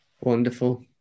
Wonderful